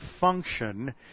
function